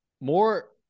More